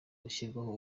gushyirwaho